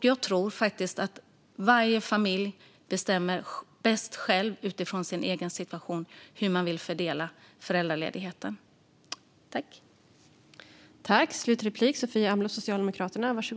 Jag tror att varje familj bestämmer bäst själv utifrån sin egen situation hur föräldraledigheten ska fördelas.